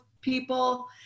people